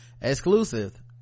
exclusive